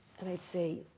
and i'd say,